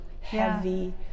heavy